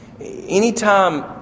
Anytime